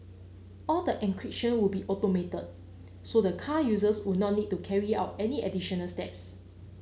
all the encryption would be automated so the car users would not need to carry out any additional steps